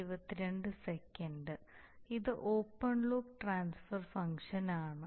ഇത് open loop transfer ഫംഗ്ഷനാണ്